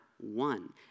one